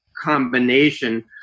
combination